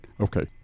Okay